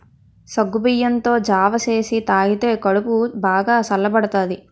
సగ్గుబియ్యంతో జావ సేసి తాగితే కడుపు బాగా సల్లబడతాది